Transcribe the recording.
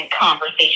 conversation